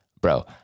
Bro